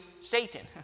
Satan